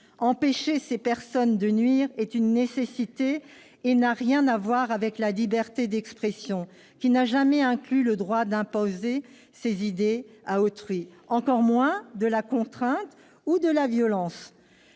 Empêcher ces personnes de nuire est une nécessité et n'a rien à voir avec la liberté d'expression, qui n'a jamais inclus le droit d'imposer ses idées à autrui, encore moins par la contrainte ou la violence.